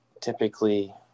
typically